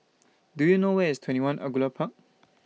Do YOU know Where IS twenty one Angullia Park